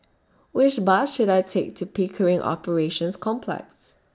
Which Bus should I Take to Pickering Operations Complex